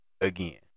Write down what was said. again